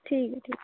ठीक ऐ ठीक